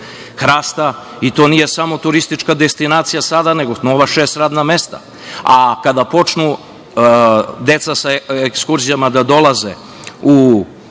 hrasta i to nije samo turistička destinacija sada, nego novih šest radna mesta. A, kada počnu deca sa ekskurzijama da dolaze u